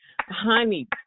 Honey